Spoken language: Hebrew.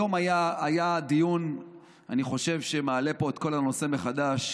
היום היה דיון שאני חושב שמעלה פה את כל הנושא מחדש.